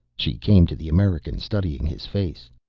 she came to the american, studying his face.